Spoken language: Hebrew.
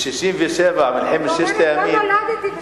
--- לא נולדתי ב-67'.